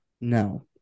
no